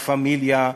"לה פמיליה",